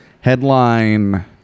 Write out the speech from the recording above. headline